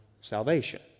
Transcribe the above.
salvation